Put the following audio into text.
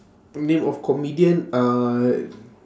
name of comedian uh